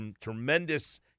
tremendous